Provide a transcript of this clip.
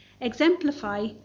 exemplify